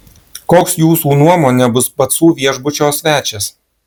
koks jūsų nuomone bus pacų viešbučio svečias